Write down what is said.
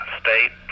state